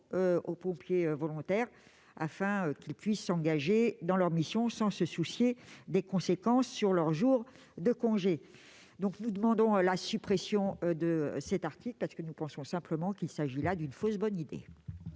aux pompiers volontaires afin qu'ils puissent s'engager dans leur mission sans se soucier des conséquences sur leurs jours de congé. Nous demandons donc la suppression de cet article : tout simplement, il s'agit là d'une fausse bonne idée.